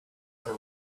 are